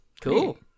Cool